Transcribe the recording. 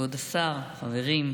כבוד השר, חברים.